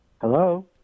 Hello